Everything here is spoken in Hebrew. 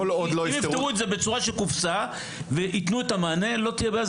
אם יפתרו את זה בצורה של קופסה וייתנו את המענה אז לא תהיה בעיה,